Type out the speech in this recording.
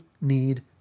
need